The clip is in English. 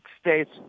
states